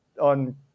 on